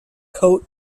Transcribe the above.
coat